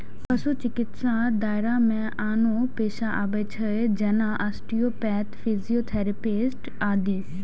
पशु चिकित्साक दायरा मे आनो पेशा आबै छै, जेना आस्टियोपैथ, फिजियोथेरेपिस्ट आदि